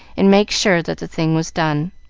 and make sure that the thing was done.